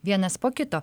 vienas po kito